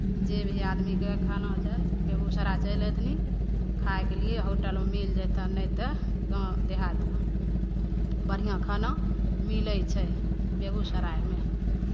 जे भी आदमीकेँ खाना छैन्ह बेगूसराय चलि अयथिन खायके लिए होटलमे मिल जयतनि नहि तऽ गाँव देहातमे बढ़िआँ खाना मिलै छै बेगूसरायमे